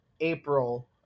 April